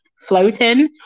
floating